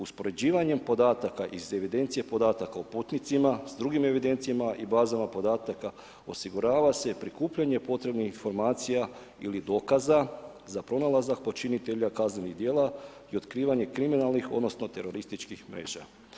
Uspoređivanjem podataka iz evidencije podataka o putnicima, s drugim evidencijama i bazama podataka, osigurava se prikupljanje potrebnih informacija ili dokaza za pronalazak počinitelja kaznenih djela i otkrivanje kriminalnih, odnosno terorističkih mreža.